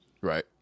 Right